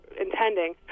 intending